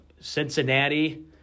Cincinnati